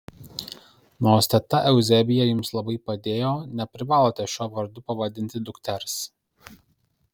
nors teta euzebija jums labai padėjo neprivalote šiuo vardu pavadinti dukters